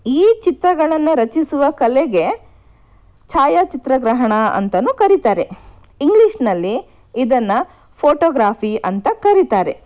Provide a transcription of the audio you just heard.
ಈ ಚಿತ್ರಗಳನ್ನು ರಚಿಸುವ ಕಲೆಗೆ ಛಾಯಾಚಿತ್ರಗ್ರಹಣ ಅಂತಲೂ ಕರೀತಾರೆ ಇಂಗ್ಲಿಷ್ನಲ್ಲಿ ಇದನ್ನು ಫೋಟೋಗ್ರಾಫಿ ಅಂತ ಕರೀತಾರೆ